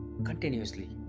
continuously